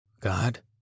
God